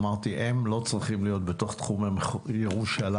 אמרתי "הם לא צריכים בתוך תחומי ירושלים"